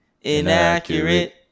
inaccurate